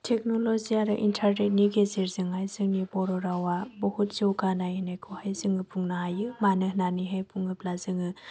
technology आरो इन्टारनेटनि गेजेरजोंहाय जोंनि ब' रावा बहुद जौगानाय होननायखौहाय जोङो बुंनो हायो मानो होननानैहाय बुङोब्ला जों